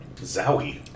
Zowie